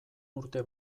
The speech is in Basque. urte